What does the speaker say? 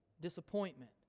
Disappointment